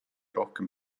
rohkem